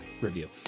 review